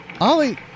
Ollie